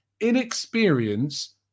Inexperience